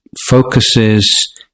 focuses